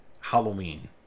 Halloween